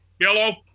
yellow